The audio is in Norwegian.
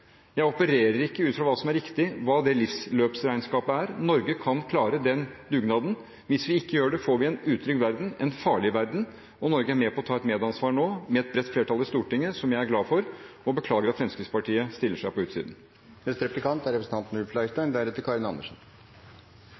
Jeg opererer ikke ut fra hva som er riktig, hva det livsløpsregnskapet er. Norge kan klare den dugnaden. Hvis vi ikke gjør det, får vi en utrygg verden, en farlig verden, og Norge er nå med på å ta et medansvar, med et bredt flertall i Stortinget, som jeg er glad for. Og jeg beklager at Fremskrittspartiet stiller seg på utsiden. Det er